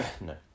No